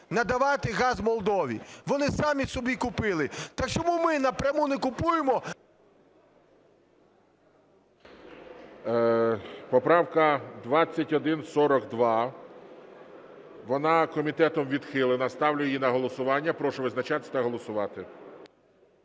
надавати газ Молдові. Вони самі собі купили. Так чому ми напряму не купуємо… ГОЛОВУЮЧИЙ. Поправка 2142. Вона комітетом відхилена. Ставлю її на голосування. Прошу визначатись та голосувати.